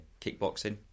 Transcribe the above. kickboxing